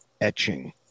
etching